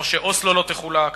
אוסלו לא תחולק,